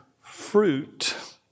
fruit